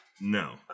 No